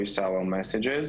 להשמיע את